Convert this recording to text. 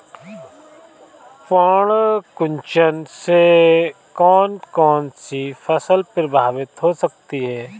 पर्ण कुंचन से कौन कौन सी फसल प्रभावित हो सकती है?